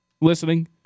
listening